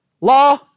law